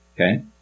okay